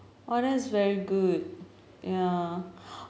oh that's very good ya